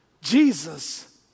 Jesus